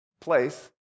place